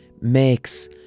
makes